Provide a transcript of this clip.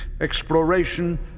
exploration